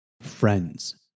Friends